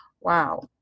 wow